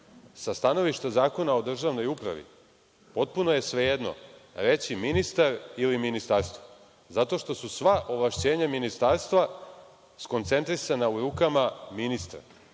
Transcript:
Sa stanovišta Zakona o državnoj upravi potpuno je svejedno reći – ministar ili ministarstvo zato što su sva ovlašćenja ministarstva skoncentrisana u rukama ministra